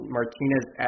Martinez